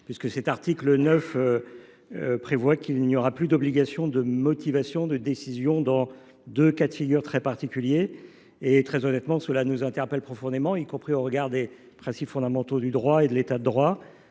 peines. L’article 9 prévoit que le juge n’aura plus l’obligation de motiver sa décision d’ITF dans deux cas de figure très particuliers, ce qui, très honnêtement, nous interpelle profondément, y compris au regard des principes fondamentaux du droit et de l’État de droit.